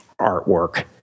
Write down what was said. artwork